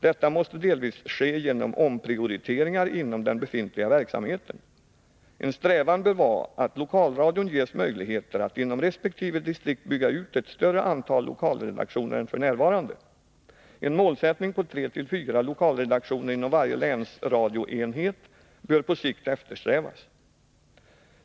Detta måste delvis ske genom omprioriteringar inom den befintliga verksamheten. En strävan bör vara att lokalradion ges möjligheter att inom resp. distrikt bygga ut ett större antal lokalredaktioner än f. n. En målsättning på tre å fyra lokalredaktioner inom varje länsradioenhet bör på sikt eftersträvas.